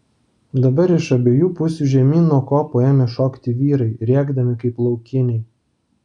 dabar iš abiejų pusių žemyn nuo kopų ėmė šokti vyrai rėkdami kaip laukiniai